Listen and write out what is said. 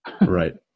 Right